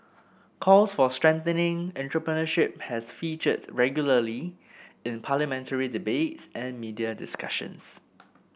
calls for strengthening entrepreneurship has featured regularly in parliamentary debates and media discussions